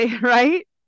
right